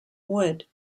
wood